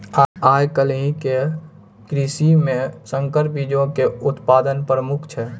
आइ काल्हि के कृषि मे संकर बीजो के उत्पादन प्रमुख छै